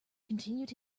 continued